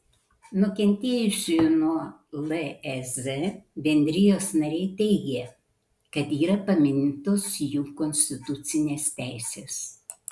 nukentėjusiųjų nuo lez bendrijos nariai teigia kad yra pamintos jų konstitucinės teisės